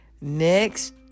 Next